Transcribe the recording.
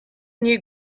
knew